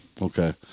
Okay